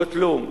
בוטלו.